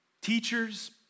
Teachers